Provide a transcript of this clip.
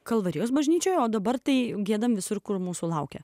kalvarijos bažnyčioje o dabar tai giedame visur kur mūsų laukia